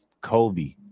Kobe